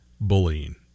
bullying